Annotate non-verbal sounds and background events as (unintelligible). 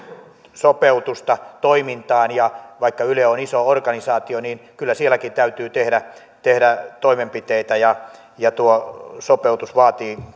sopeutusta toimintaan ja vaikka yle on iso organisaatio kyllä sielläkin täytyy tehdä tehdä toimenpiteitä ja ja tuo sopeutus vaatii (unintelligible)